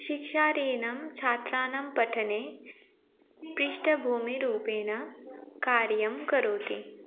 शिक्षाऋणं छात्राणां पठने पृष्ठभूमिरूपेण कार्यं करोति